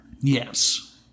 Yes